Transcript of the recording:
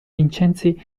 vincenzi